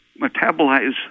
metabolize